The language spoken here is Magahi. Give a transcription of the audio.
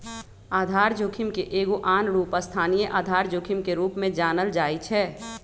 आधार जोखिम के एगो आन रूप स्थानीय आधार जोखिम के रूप में जानल जाइ छै